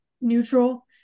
neutral